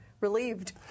Relieved